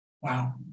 Wow